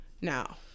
Now